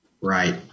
Right